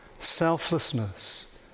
selflessness